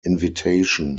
invitation